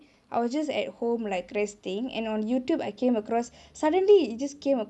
I was just at home like resting and on Youtube I came across suddenly it just came